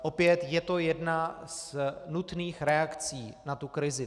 Opět, je to jedna z nutných reakcí na tu krizi.